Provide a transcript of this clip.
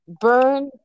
burn